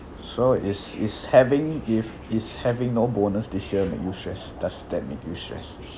so is is having if is having no bonus this year make you stress does that make you stress